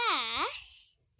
first